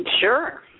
Sure